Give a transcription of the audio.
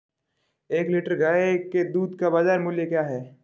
एक लीटर गाय के दूध का बाज़ार मूल्य क्या है?